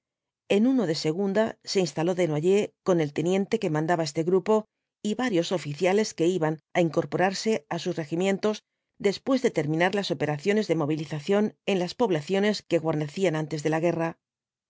en uno de segunda se instaló desnoyers con el teniente que mandaba este grupo y varios oficiales que iban á incorporarse á sus regimientos después de terminar las operaciones de movilización en las poblaciones que guarnecían antes de la guerra